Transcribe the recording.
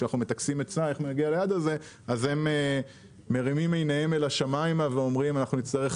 הם מרימים עיניהם אל השמיים ואומרים שנצטרך